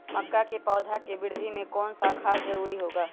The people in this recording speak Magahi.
मक्का के पौधा के वृद्धि में कौन सा खाद जरूरी होगा?